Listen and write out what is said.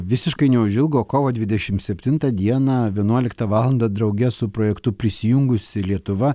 visiškai neužilgo kovo dvidešim septintą dieną vienuoliktą valandą drauge su projektu prisijungusi lietuva